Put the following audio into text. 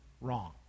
wrong